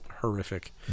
horrific